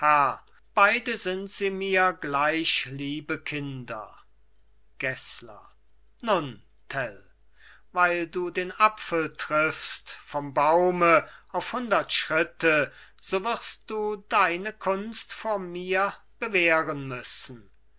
beide sind sie mir gleich liebe kinder gessler nun tell weil du den apfel triffst vom baume auf hundert schritte so wirst du deine kunst vor mir bewähren müssen